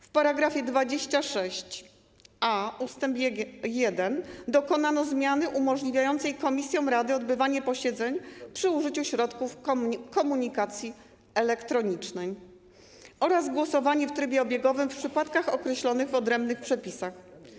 W § 26a ust. 1 dokonano zmiany umożliwiającej komisjom rady odbywanie posiedzeń przy użyciu środków komunikacji elektronicznej oraz głosowanie w trybie obiegowym w przypadkach określonych w odrębnych przepisach.